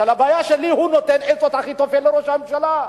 הבעיה שלי היא שהוא נותן עצות אחיתופל לראש הממשלה,